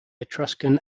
etruscan